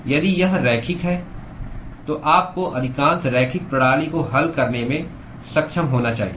यदि यह रैखिक है तो आपको अधिकांश रैखिक प्रणाली को हल करने में सक्षम होना चाहिए